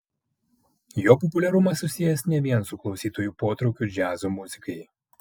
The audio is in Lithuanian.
jo populiarumas susijęs ne vien su klausytojų potraukiu džiazo muzikai